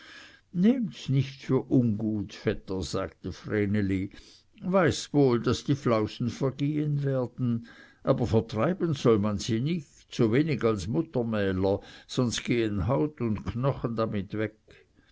nehmts nicht für ungut vetter sagte vreneli weiß wohl daß die flausen vergehen werden aber vertreiben soll man sie nicht so wenig als die muttermäler sonst gehen haut und knochen damit weg